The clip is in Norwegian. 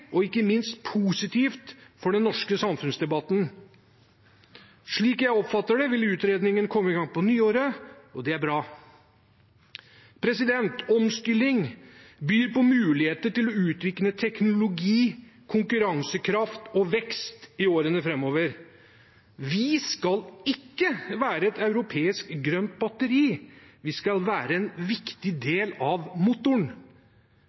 og ikke minst positiv for den norske samfunnsdebatten. Slik jeg oppfatter det, vil utredningen komme i gang på nyåret, og det er bra. Omstilling byr på muligheter til å utvikle teknologi, konkurransekraft og vekst i årene framover. Vi skal ikke være et europeisk grønt batteri, vi skal være en viktig del av motoren.